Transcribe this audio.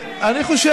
מאיזה חודש?